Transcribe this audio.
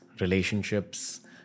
relationships